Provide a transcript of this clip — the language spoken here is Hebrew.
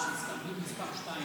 הסתייגות מס' 2